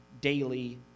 daily